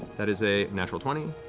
that is a natural twenty